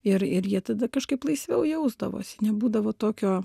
ir ir jie tada kažkaip laisviau jausdavosi nebūdavo tokio